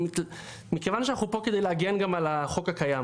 ומכיוון שאנחנו פה להגן גם על החוק הקיים,